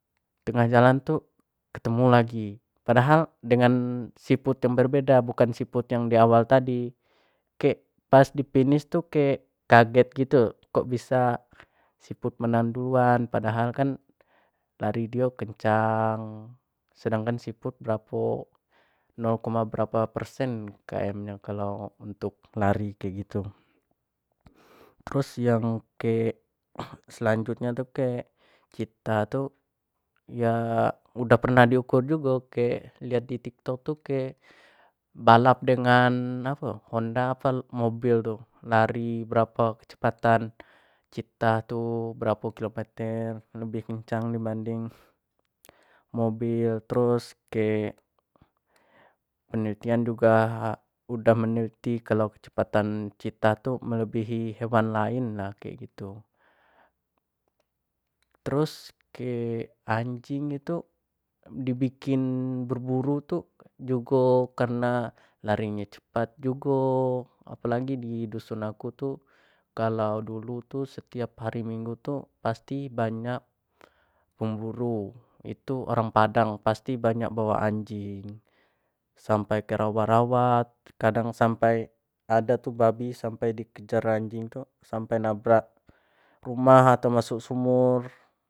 Tengah jalan tu ketemu lagi, padahal dengan siput yang berbeda bukan dengan siput yang di awal tu tadi kek pas di finish tu kek kaget gitu kok bisa siput menang duluan padahal kan lari dio kencang sedangkan siput tu berapo, nol koma berapo persen kayak nyo kalua untuk lari kek gitu terus yang kek selanjut nyo tu kek citah tu ya udah pernah di ukur jugo kek lihat di tiktok tu kek balap dengan apo honda apo mobil tu lari berapo kecepatan citah tu berapo kilometer lebih kencang di banding mobil trus kek penelitian juga udah meneliti kalua kecepatan citah tu melebihi hewan lain lah kek gitu, terus kek anjing itu di bikin berburu tu jugo karena lari cepat jugo apo lagi di dusun aku tu kalua dulu tu setiap hari minggu tu pasti banyak pemburu itu orang padang, pasti banyak bawa anjing saampai ke rawa-rawa kadang sampai ada tu babi sampai di kejar anjing tu sampai nabrak rumah, sampai masuk sumur.